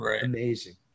amazing